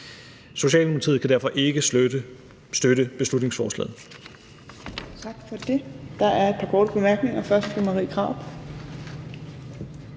Socialdemokratiet kan derfor ikke støtte beslutningsforslaget.